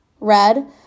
red